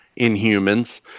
Inhumans